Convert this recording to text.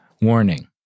Warning